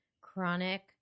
chronic